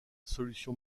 solution